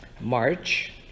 March